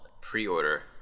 pre-order